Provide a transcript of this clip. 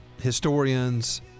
historians